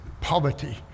poverty